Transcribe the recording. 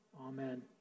Amen